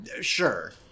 sure